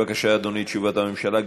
בבקשה, אדוני, תשובת הממשלה.